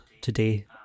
today